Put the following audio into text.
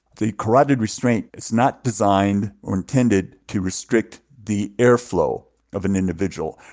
the carotid restraint is not designed or intended to restrict the airflow of an individual.